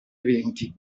eventi